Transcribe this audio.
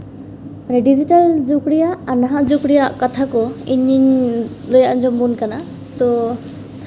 digital ᱡᱩᱜᱽ ᱨᱮᱭᱟᱜ ᱟᱨ ᱱᱟᱦᱟᱜ ᱡᱩᱜᱽ ᱨᱮᱭᱟᱜ ᱠᱟᱛᱷᱟ ᱠᱚ ᱤᱧᱤᱧ ᱞᱟᱹᱭ ᱟᱸᱡᱚᱢ ᱟᱵᱚᱱ ᱠᱟᱱᱟ ᱛᱚ